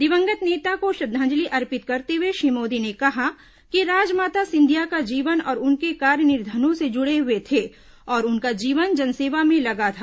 दिवंगत नेता को श्रद्धांजलि अर्पित करते हुए श्री मोदी ने कहा कि राजमाता सिंधिया का जीवन और उनके कार्य निर्धनों से जुड़े हुए थे और उनका जीवन जनसेवा में लगा था